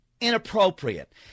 inappropriate